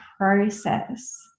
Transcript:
process